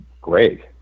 great